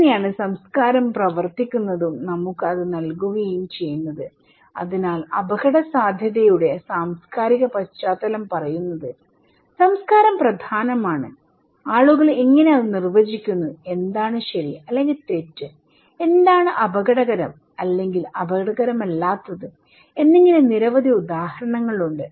അങ്ങനെയാണ് സംസ്കാരം പ്രവർത്തിക്കുകയും നമുക്ക് അത് നൽകുകയും ചെയ്യുന്നത് അതിനാൽ അപകടസാധ്യതയുടെ സാംസ്കാരിക പശ്ചാത്തലം പറയുന്നത്സംസ്കാരം പ്രധാനമാണ് ആളുകൾ എങ്ങനെ അത് നിർവചിക്കുന്നു എന്താണ് ശരി അല്ലെങ്കിൽ തെറ്റ് എന്താണ് അപകടകരം അല്ലെങ്കിൽ അപകടകരമല്ലാത്തത്എന്നിങ്ങനെ നിരവധി ഉദാഹരണങ്ങളുണ്ട്